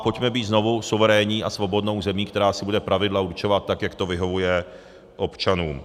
Pojďme být znovu suverénní a svobodnou zemí, která si bude pravidla určovat tak, jak to vyhovuje občanům.